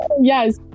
Yes